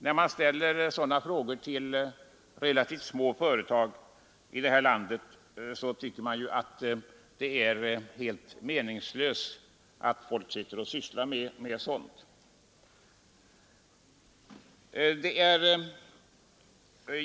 Man kan inte tycka annat än att det är helt meningslöst att människor i relativt små företag i det här landet skall sitta och syssla med att besvara sådana frågor.